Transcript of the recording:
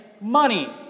money